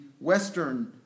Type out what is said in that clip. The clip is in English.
western